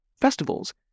festivals